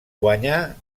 guanyà